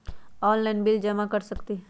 Online bill जमा कर सकती ह?